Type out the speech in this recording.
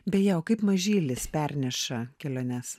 beje o kaip mažylis perneša keliones